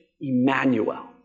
Emmanuel